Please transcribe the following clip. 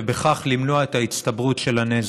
ובכך למנוע את ההצטברות של הנזק.